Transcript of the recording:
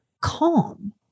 calm